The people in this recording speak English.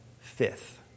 fifth